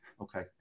Okay